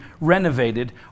renovated